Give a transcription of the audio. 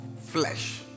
flesh